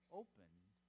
opened